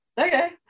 Okay